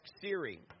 Siri